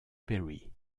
perry